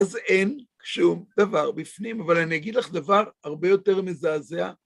אז אין שום דבר בפנים, אבל אני אגיד לך דבר הרבה יותר מזעזע.